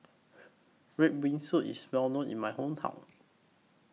Red Bean Soup IS Well known in My Hometown